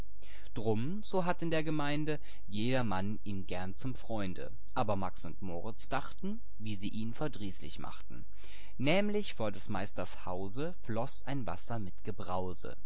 d'rum so hat in der gemeinde jedermann ihn gern zum freunde aber max und moritz dachten wie sie ihn verdrießlich machten nämlich vor des meisters hause floß ein wasser mit